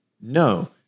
No